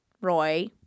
Roy